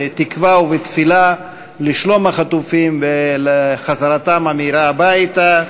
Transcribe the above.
בתקווה ובתפילה לשלום החטופים ולחזרתם המהירה הביתה.